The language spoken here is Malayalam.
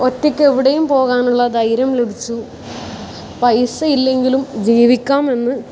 ഒറ്റയ്ക്ക് എവിടെയും പോകാനുള്ള ധൈര്യം ലഭിച്ചു പൈസ ഇല്ലെങ്കിലും ജീവിക്കാം എന്ന്